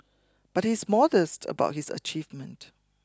but he is modest about his achievement